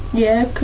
yeah,